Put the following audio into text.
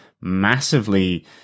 massively